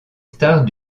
stars